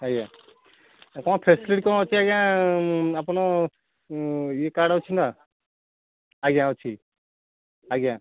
ଆଜ୍ଞା ଆଉ କଁ ଫେସିଲିଟି କଣ ଅଛି ଆଜ୍ଞା ଆପଣ ଇଏ କାର୍ଡ଼ ଅଛି ନା ଆଜ୍ଞା ଅଛି ଆଜ୍ଞା